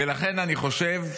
לכן אני חושב,